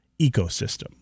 ecosystem